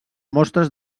mostres